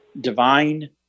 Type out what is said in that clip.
divine